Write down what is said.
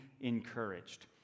encouraged